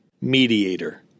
Mediator